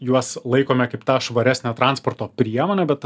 juos laikome kaip tą švaresne transporto priemone bet